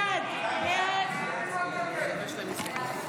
52 בעד, 62 נגד.